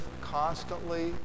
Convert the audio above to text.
constantly